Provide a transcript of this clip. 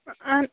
آ